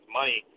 money